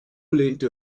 lehnte